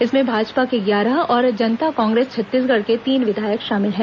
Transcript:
इनमें भाजपा के ग्यारह और जनता कांग्रेस छत्तीसंगढ़ के तीन विधायक शामिल हैं